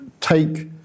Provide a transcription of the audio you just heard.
take